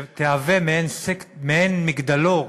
תהווה מעין מגדלור